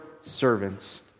servants